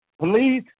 please